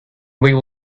will